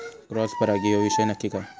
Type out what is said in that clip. Cross परागी ह्यो विषय नक्की काय?